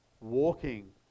walking